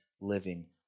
living